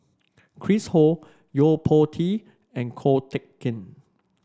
Chris Ho Yo Po Tee and Ko Teck Kin